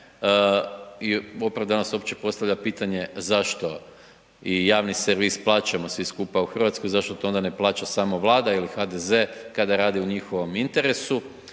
i opravdano se uopće postavlja pitanje zašto i javni servis plaćamo svi skupa u Hrvatskoj, zašto to onda samo ne plaća Vlada ili HDZ kada radi u njihovom interesu,